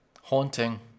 Haunting